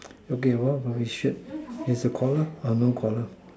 okay what about his shirt is it collar or no collar